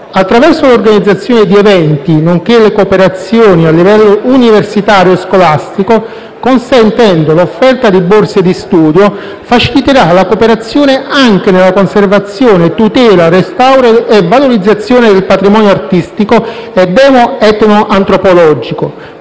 attraverso l'organizzazione di eventi, nonché le cooperazioni a livello universitario e scolastico, consentendo l'offerta di borse di borse di studio faciliterà la cooperazione anche nella conservazione, tutela, restauro e valorizzazione del patrimonio artistico e demo-etno-antropologico,